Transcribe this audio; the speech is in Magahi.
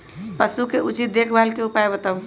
पशु के उचित देखभाल के उपाय बताऊ?